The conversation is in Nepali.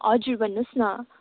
हजुर भन्नुहोस् न